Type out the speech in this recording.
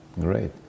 great